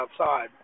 outside